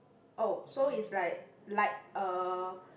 oh so it's like light uh